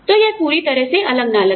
तो यह पूरी तरह से अलग ना लगे